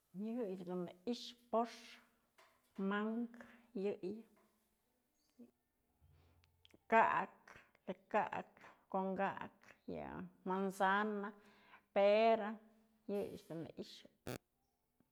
Yëyëch dun në i'ixë pox, mankë, yëyë, ka'ak, le'ek ka'ak, kon ka'ak, yë manzana, pera, yëyëch dun në i'ixë.